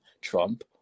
Trump